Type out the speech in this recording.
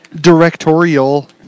directorial